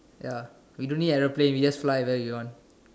ya we don't need aeroplane we just fly where we want